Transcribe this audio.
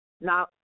Now